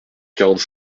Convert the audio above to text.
quarante